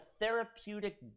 therapeutic